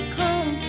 come